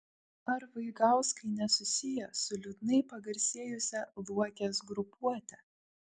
ar vaigauskai nesusiję su liūdnai pagarsėjusia luokės grupuote